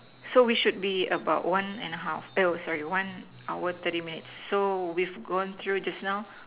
so we should be about one and a half oh sorry one hour thirty minutes so we've gone through just now